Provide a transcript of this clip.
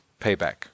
payback